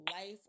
life